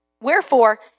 Wherefore